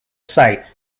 say